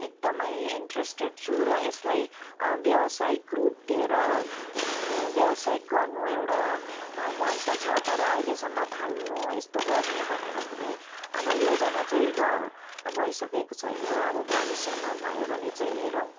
एकदमै इन्टरेस्टेड छु र यसलाई व्यवसायिक रूप दिएर व्यवसायिक गर्नु एउटा मन त छ तर अहिलेसम्म थाल्नु यस्तो गर्ने भनेर कुनै अब योजना चाहिँ ग भइसकेको छैन अब भविष्यमा भयो भने चाहिँ हेरौँ